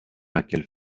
laquelle